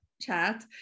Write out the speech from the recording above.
chat